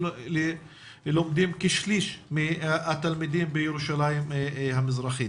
אין מישהו שמופקד ספציפית על התשתיות בירושלים המזרחית.